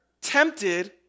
tempted